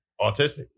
autistic